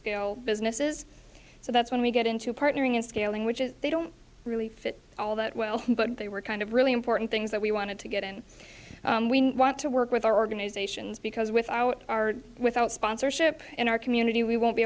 scale businesses so that's when we get into partnering in scaling which is they don't really fit all that well but they were kind of really important things that we wanted to get and we want to work with our organizations because without our without sponsorship in our community we won't be